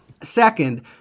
Second